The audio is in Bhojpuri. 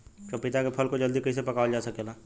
पपिता के फल को जल्दी कइसे पकावल जा सकेला?